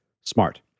smart